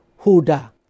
Huda